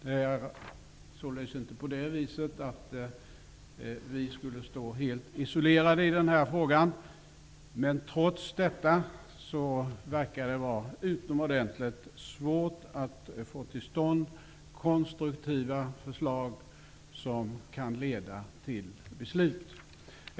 Det är således inte så, att vi står isolerade i den här frågan. Men trots detta verkar det vara utomordentligt svårt att få till stånd konstruktiva förslag som kan leda till beslut.